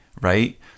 right